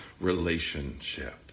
relationship